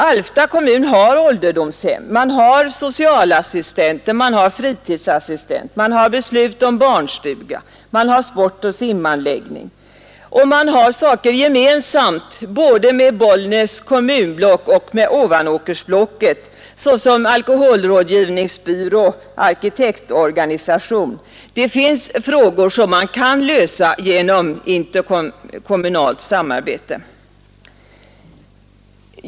Alfta kommun har ålderdomshem, man har två socialassistenter och fritidsassistent, man har beslut om barnstuga, man har sportoch simanläggning och man har saker gemensamt både med Bollnäs kommunblock och med Ovanåkersblocket, såsom alkoholrådgivningsbyrå och arkitektorganisation. Det finns frågor som man kan lösa genom interkommunalt samarbete.